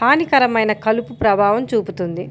హానికరమైన కలుపు ప్రభావం చూపుతుంది